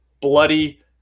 bloody